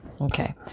Okay